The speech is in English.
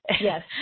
yes